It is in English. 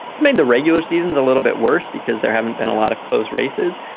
it's made the regular seasons a little bit worse because there haven't been a lot of close races.